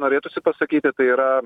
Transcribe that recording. norėtųsi pasakyti tai yra